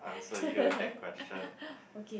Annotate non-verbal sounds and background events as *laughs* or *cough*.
*laughs* okay